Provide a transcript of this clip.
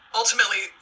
ultimately